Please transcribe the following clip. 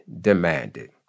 demanded